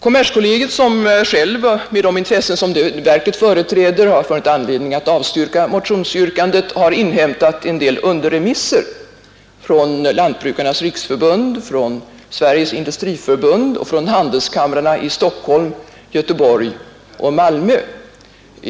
Kommerskollegium — som självt, med de intressen som verket företräder — har funnit anledning att avstyrka motionsyrkandet — har inhämtat en del underremisser från Lantbrukarnas riksförbund, från Sveriges industriförbund och från handelskamrarna i Stockholm, Göteborg och Malmö.